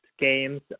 games